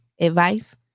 advice